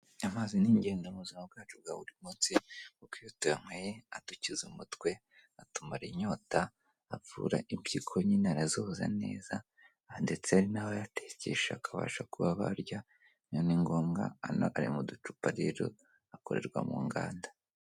Amazi ni ingenzi mu buzima bwacu bwa buri munsi kuko iyo tuyanyoye adukiza umutwe, atumara inyota, avura impyiko nyine arazoza neza ndetse hari n'abayatekesha bakabasha kuba barya, nyine ni ngombwa, ano ari mu ducupa rero, akorerwa mu nganda.